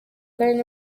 kandi